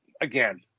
again